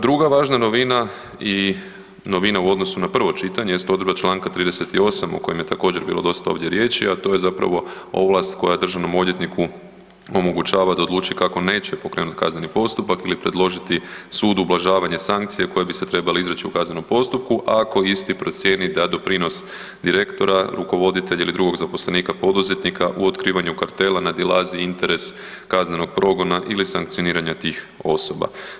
Druga važna novina i novina u odnosu na prvo čitanje jest odredba članka 38. o kojem je također bilo dosta ovdje riječi, a to je zapravo ovlast koja državnom odvjetniku omogućava da odluči kako neće pokrenuti kazneni postupak ili predložiti sudu ublažavanje sankcije koje bi se trebale izreći u kaznenom postupku a ako isti procijeni da doprinos direktora, rukovoditelja ili drugog zaposlenika poduzetnika u otkrivanju kartela nadilazi interes kaznenog progona ili sankcioniranja tih osoba.